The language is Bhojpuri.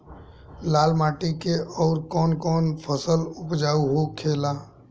लाल माटी मे आउर कौन कौन फसल उपजाऊ होखे ला?